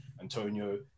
Antonio